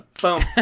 Boom